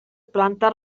planta